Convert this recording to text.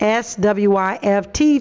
SWIFT